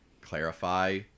clarify